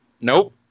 Nope